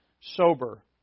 sober